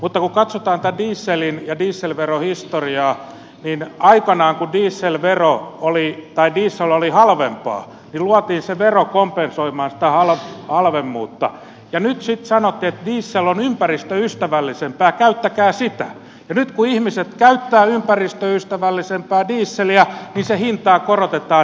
mutta kun katsotaan tätä dieselin ja dieselveron historiaa niin aikanaan kun diesel oli halvempaa luotiin se vero kompensoimaan sitä halvemmuutta ja nyt sitten sanottiin että diesel on ympäristöystävällisempää käyttäkää sitä ja nyt kun ihmiset käyttävät ympäristöystävällisempää dieseliä niin sen hintaa korotetaan